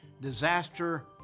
disaster